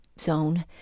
zone